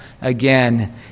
again